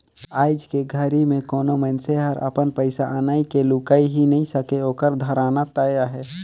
आयज के घरी मे कोनो मइनसे हर अपन पइसा अनई के लुकाय ही नइ सके ओखर धराना तय अहे